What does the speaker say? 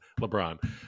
LeBron